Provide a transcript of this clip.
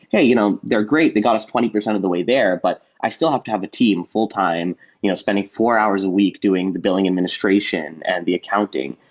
hey, you know they're great. they got us twenty percent of the way there, but i still have to have a team full-time you know spending four hours a week doing the billing administration and the accounting.